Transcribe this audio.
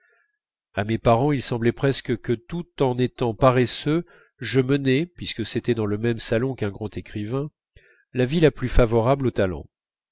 à mes parents il semblait presque que tout en étant paresseux je menais puisque c'était dans le même salon qu'un grand écrivain la vie la plus favorable au talent